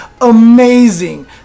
amazing